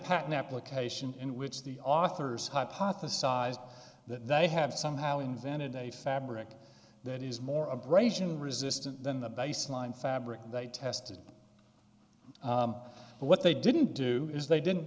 patent application in which the authors hypothesized that they have somehow invented a fabric that is more abrasion resistant than the baseline fabric they tested what they didn't do is they didn't